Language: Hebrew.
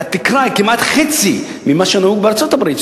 התקרה היא כמעט חצי ממה שנהוג בארצות-הברית,